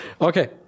Okay